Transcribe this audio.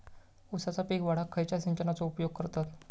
ऊसाचा पीक वाढाक खयच्या सिंचनाचो उपयोग करतत?